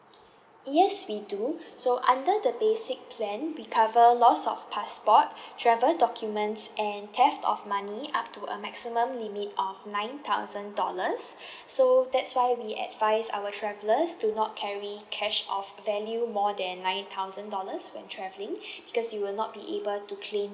yes we do so under the basic plan we cover loss of passport travel documents and theft of money up to a maximum limit of nine thousand dollars so that's why we advise our travellers to not carry cash of value more than nine thousand dollars when travelling because you will not be able to claim